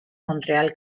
montreal